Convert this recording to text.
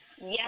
Yes